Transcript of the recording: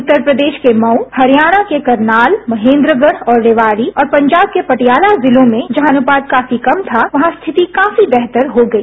उत्तर प्रदेश के मऊ हरियाणा के करनाल महेन्द्रगढ़ और रेवाड़ी और पंजाब के पटियाला जिलों में जहां अनुपात काफी कम था वहां स्थिति काफी बेहतर हो गई